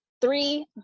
three